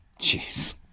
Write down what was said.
Jeez